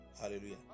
hallelujah